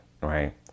Right